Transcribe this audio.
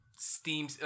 Steam